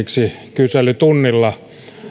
kyselytunnilla